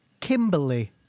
Kimberly